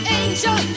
angel